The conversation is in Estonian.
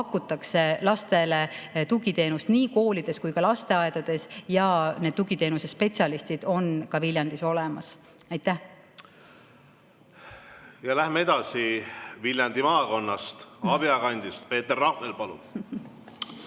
pakutakse lastele tugiteenust nii koolides kui ka lasteaedades. Nii et need tugiteenusespetsialistid on ka Viljandis olemas. Läheme edasi. Viljandi maakonnast Abja kandist Peeter Rahnel, palun!